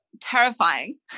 terrifying